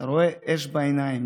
אתה רואה אש בעיניים,